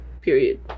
Period